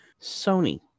Sony